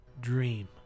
Dream